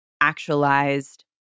actualized